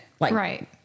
Right